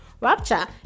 Rapture